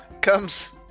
comes